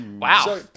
Wow